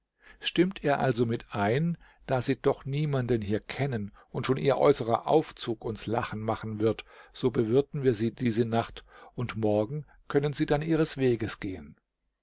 stimmt ihr also mit ein da sie doch niemanden hier kennen und schon ihr äußerer aufzug uns lachen machen wird so bewirten wir sie diese nacht und morgen können sie dann ihres weges gehen